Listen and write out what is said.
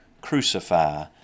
crucify